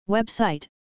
Website